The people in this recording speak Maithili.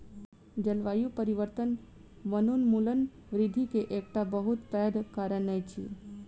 जलवायु परिवर्तन वनोन्मूलन वृद्धि के एकटा बहुत पैघ कारण अछि